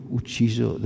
ucciso